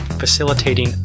facilitating